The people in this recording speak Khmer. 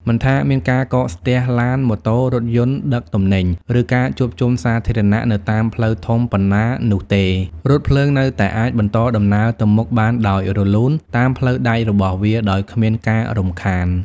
មិនថាមានការកកស្ទះឡាន ម៉ូតូ រថយន្តដឹកទំនិញ ឬការជួបជុំសាធារណៈនៅតាមផ្លូវធំប៉ុណ្ណានោះទេ រថភ្លើងនៅតែអាចបន្តដំណើរទៅមុខបានដោយរលូនតាមផ្លូវដែករបស់វា ដោយគ្មានការរំខាន។